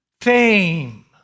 fame